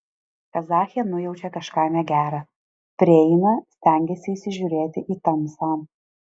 kazachė nujaučia kažką negera prieina stengiasi įsižiūrėti į tamsą